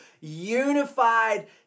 unified